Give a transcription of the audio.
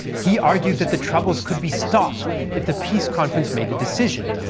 he argued that the troubles could be stopped if the peace conference made a decision,